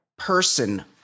person